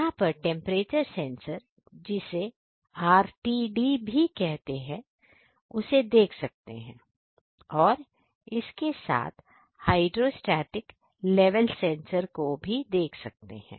यहां पर temperature sensor जिसे RTD सेंसर भी कहते हैं उसे देख सकते हैं और इसके साथ हाइड्रोस्टेटिक लेवल सेंसर भी देख सकते हैं